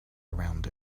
around